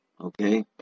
Okay